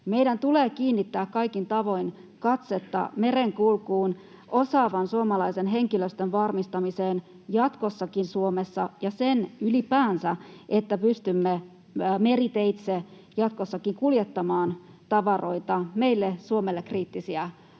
meidän tulee kiinnittää kaikin tavoin katsetta osaavan suomalaisen henkilöstön varmistamiseen merenkulkuun jatkossakin Suomessa, ja sen ylipäänsä, että pystymme meriteitse jatkossakin kuljettamaan tavaroita, meille Suomelle kriittisiä